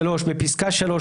(3)בפסקה (3),